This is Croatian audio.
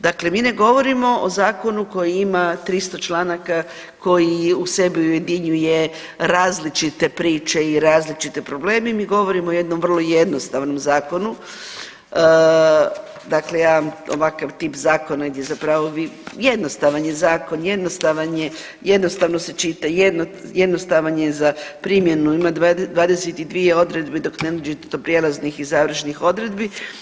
Dakle mi ne govorimo o zakonu koji ima 300 članaka, koji u sebi ujedinjuje različite priče i različite probleme, mi govorimo o jednom vrlo jednostavnom zakonu, dakle ja ovakav tip zakona gdje zapravo vi, jednostavan je zakon, jednostavan je, jednostavno se čita, jednostavan je za primjenu, ima 22 odredbe dok ne dođete do prijelaznih i završnih odredbi.